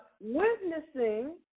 witnessing